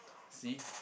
see